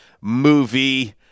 movie